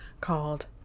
called